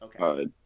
okay